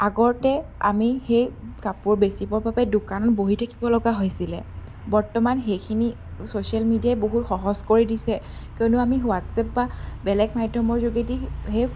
আগতে আমি সেই কাপোৰ বেচিবৰ বাবে দোকান বহি থাকিব লগা হৈছিলে বৰ্তমান সেইখিনি চ'ছিয়েল মিডিয়াই বহুত সহজ কৰি দিছে কিয়নো আমি হোৱাটছআপ বা বেলেগ মাধ্যমৰ যোগেদি সেই